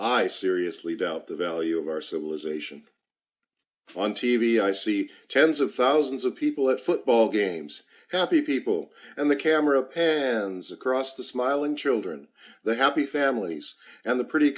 i seriously doubt the value of our civilization on t v i see tens of thousands of people at football games happy people and the camera pans across the smiling children the happy families and the pretty